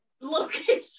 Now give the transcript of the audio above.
location